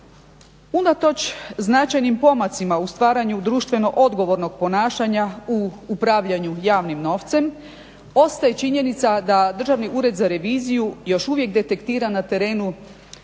Unatoč značajnim pomacima u stvaranju društveno odgovornog ponašanja u upravljanju javnim novcem ostaje činjenica da državni ured za reviziju još uvijek detektira na terenu